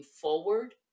forward